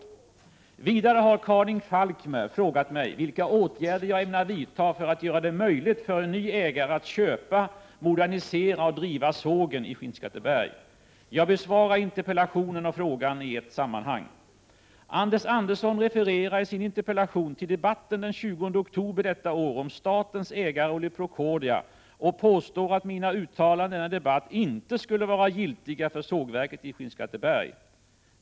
Vidare har Karin Falkmer frågat mig vilka åtgärder jag ämnar vidta för att göra det möjligt för en ny ägare att köpa, modernisera och driva sågen i — Prot. 1987/88:34 Skinnskatteberg. 30 november 1987 Jag besvarar interpellationen och frågan i ett sammanhang. Fr dn dn Anders Andersson refererar i sin interpellation till debatten den 20 oktober detta år om statens ägarroll i Procordia och påstår att mina uttalanden i denna debatt inte skulle vara giltiga för sågverket i Skinnskatteberg.